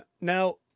Now